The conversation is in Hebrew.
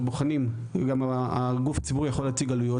הרי בוחנים, גם הגוף הציבורי יכול להציג עלויות.